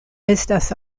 estas